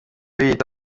biyita